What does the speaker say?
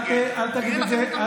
תצביעו נגד, ויהיה לכם את המנדט.